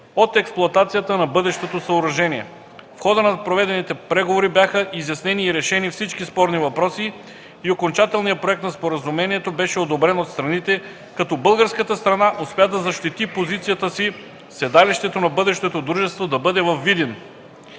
от експлоатацията на бъдещото съоръжение. В хода на проведените преговори бяха изяснени и решени всички спорни въпроси и окончателният проект на Споразумението беше одобрен от страните, като българската страна успя да защити позицията си седалището на бъдещото дружество да бъде във Видин.